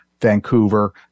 Vancouver